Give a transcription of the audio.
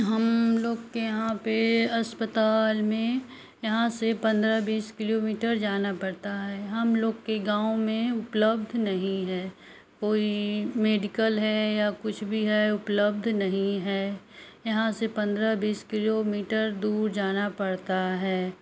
हम लोग के यहाँ पर अस्पताल में यहाँ से पंद्रह बीस किलोमीटर जाना पड़ता है हम लोग के गाँव में उपलब्ध नहीं है कोई मेडिकल है या कुछ भी है उपलब्ध नहीं है यहाँ से पंद्रह बीस किलोमीटर दूर जाना पड़ता है